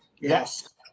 Yes